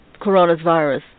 coronavirus